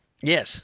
Yes